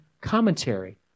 commentary